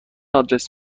آدرس